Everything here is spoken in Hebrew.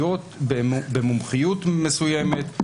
במומחיות מסוימת,